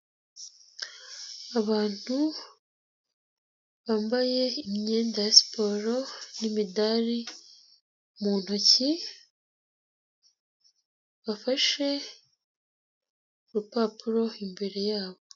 Abantu bambaye imyenda ya siporo n'imidari mu ntoki bafashe urupapuro imbere yabo.